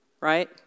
right